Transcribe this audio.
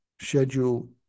schedule